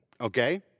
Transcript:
okay